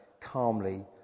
calmly